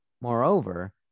Moreover